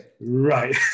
Right